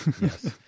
yes